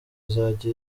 izajya